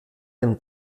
dem